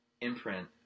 imprint